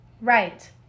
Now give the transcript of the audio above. Right